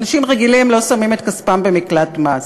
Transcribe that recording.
אנשים רגילים לא שמים את כספם במקלט מס.